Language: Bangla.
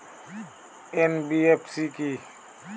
এন.বি.এফ.সি কী?